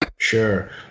Sure